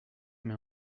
mais